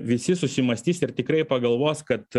visi susimąstys ir tikrai pagalvos kad